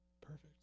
Perfect